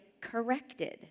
corrected